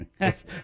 Yes